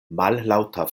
mallaŭta